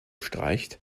streicht